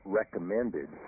recommended